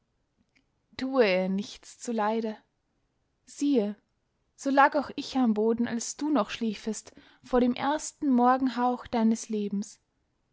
tue ihr nichts zu leide siehe so lag auch ich am boden als du noch schliefest vor dem ersten morgenhauch deines lebens